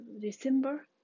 December